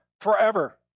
forever